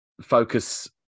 focus